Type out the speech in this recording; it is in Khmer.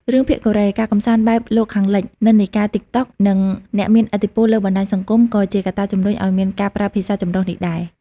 រឿងភាគកូរ៉េ ការកម្សាន្តបែបលោកខាងលិច និន្នាការ TikTok និងអ្នកមានឥទ្ធិពលលើបណ្ដាញសង្គមក៏ជាកត្តាជម្រុញឱ្យមានការប្រើភាសាចម្រុះនេះដែរ។